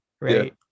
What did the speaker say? right